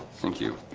thank you